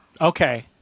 Okay